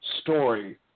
story